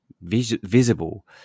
visible